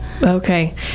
okay